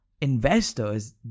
investors